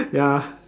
ya